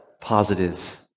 positive